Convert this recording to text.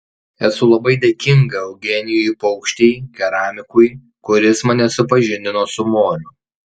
esu labai dėkinga eugenijui paukštei keramikui kuris mane supažindino su moliu